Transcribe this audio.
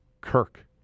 Kirk